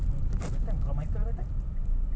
mm itu kau punya time kalau main kira aku punya